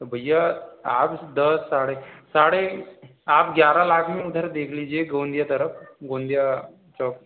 तो भैया आप दस साढ़े साढ़े आप ग्यारह लाख में उधर देख लीजिए गोंजिया तरफ गोंजिया चौक